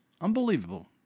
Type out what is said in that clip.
Unbelievable